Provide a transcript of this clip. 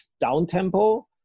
down-tempo